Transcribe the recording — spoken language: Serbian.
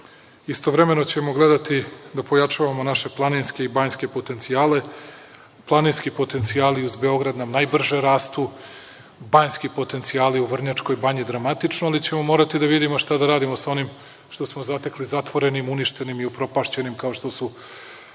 svakoga. Istovremeno ćemo gledati da pojačavamo naše planinske i banjske potencijale. Planinski potencijali uz Beograd nam najbrže rastu, banjski potencijali u Vrnjačkoj Banji dramatično, ali ćemo morati da vidimo šta da radimo sa onim što smo zatekli, zatvorenim, uništenim i upropašćenim kao što su